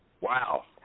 Wow